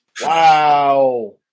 Wow